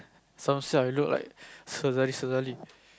some say I look like